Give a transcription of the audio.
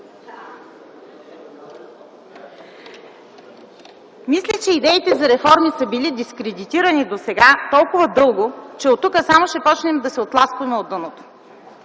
Мисля, че идеите за реформи са били дискредитирани досега толкова дълго, че оттук само ще започнем да се оттласкваме от дъното.